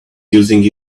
using